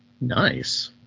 Nice